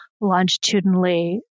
longitudinally